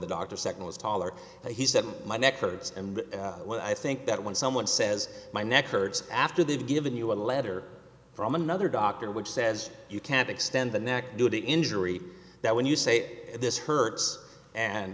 the doctor second was taller he said my neck hurts and when i think that when someone says my neck hurts after they've given you a letter from another doctor which says you can't extend the neck due to injury that when you say this hurts and